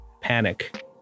panic